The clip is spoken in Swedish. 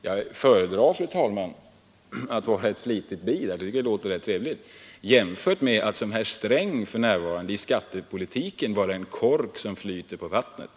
Jag föredrar, fru talman, att vara ett flitigt bi — det tycker jag låter trevligt — jämfört med att som herr Sträng för närvarande i skattepolitiken liknas vid en kork som flyter på vattnet.